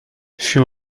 fut